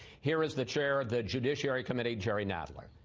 here is the chair of the judiciary committee, jerry nadler.